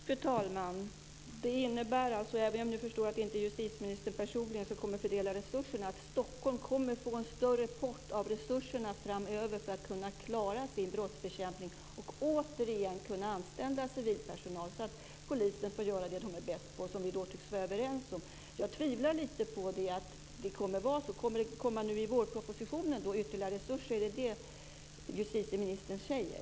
Fru talman! Även om jag förstår att det inte är justitieministern personligen som kommer att fördela resurserna så innebär det alltså att Stockholm kommer att få en större pott av resurserna framöver för att kunna klara sin brottsbekämpning och för att återigen kunna anställa civilpersonal, så att poliserna får göra det som de är bäst på och som vi tycks vara överens om. Jag tvivlar på att det kommer att vara så. Kommer det i vårpropositionen att anslås ytterligare resurser? Är det detta som justitieministern säger?